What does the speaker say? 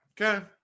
Okay